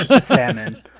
salmon